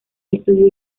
estudió